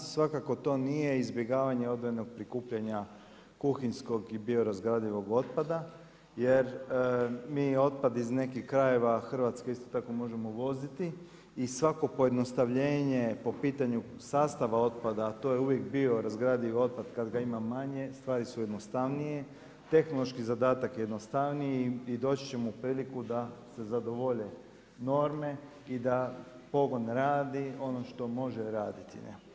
Svakako to nije izbjegavanje odvojenog prikupljanja kuhinjskog i biorazgradivog otpada jer mi otpad iz nekih krajeva Hrvatske isto tako možemo voziti i svako pojednostavljenje po pitanju sastav otpada, a to je uvijek bio razgradiv otpad kada ga ima manje, stvari su jednostavnije, tehnološki zadatak jednostavniji i doći ćemo u priliku da se zadovolje norme i da pogon radi ono što može raditi.